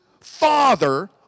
Father